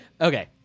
Okay